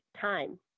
time